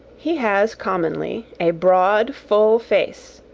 he has commonly a broad, full face,